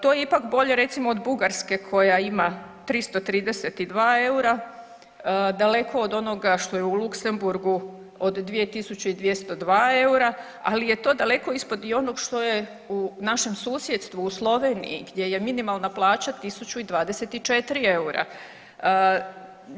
To je ipak bolje recimo od Bugarske koja ima 332 EUR-a, daleko od onoga što je u Luxembourgu od 2.202 EUR-a, ali je to daleko ispod i ono što je u našem susjedstvu u Sloveniji gdje je minimalna plaća 1.024 EUR-a.